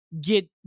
get